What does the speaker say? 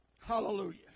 Hallelujah